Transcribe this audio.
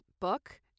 book